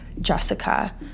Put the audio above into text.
Jessica